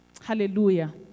Hallelujah